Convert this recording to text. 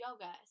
yoga